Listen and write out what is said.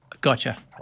Gotcha